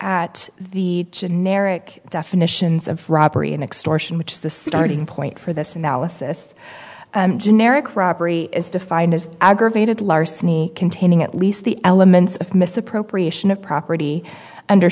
at the generic definitions of robbery and extortion which is the starting point for this analysis generic robbery is defined as aggravated larceny containing at least the elements of misappropriation of property under